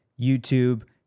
YouTube